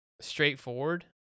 straightforward